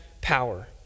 power